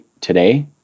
today